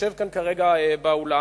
שיושב כאן כרגע באולם,